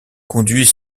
conduit